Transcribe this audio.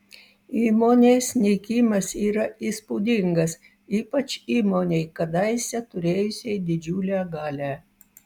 įmonės nykimas yra įspūdingas ypač įmonei kadaise turėjusiai didžiulę galią